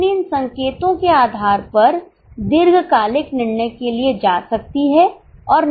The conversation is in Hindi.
कंपनी इन संकेतों के आधार पर दीर्घकालिक निर्णय के लिए जा सकती है और नहीं भी जा सकती है